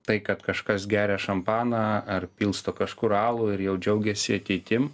tai kad kažkas geria šampaną ar pilsto kažkur alų ir jau džiaugiasi ateitim